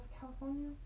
California